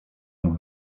mógł